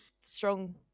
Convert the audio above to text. strong